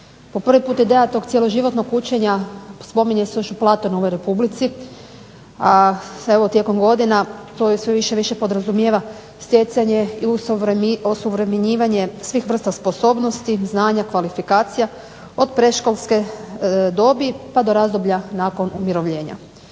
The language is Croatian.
Po prvi puta ideja tog cjeloživotnog učenja spominje se još i u Platonovoj REpublici, a evo tijekom godina to sve više i više podrazumijeva stjecanje i osuvremenjivanje svih vrsta sposobnosti, znanja, kvalifikacija od predškolske dobi pa do razdoblja nakon umirovljenja.